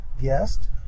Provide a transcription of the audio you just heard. guest